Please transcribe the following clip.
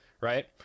right